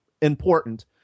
important